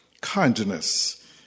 kindness